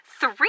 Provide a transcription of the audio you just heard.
three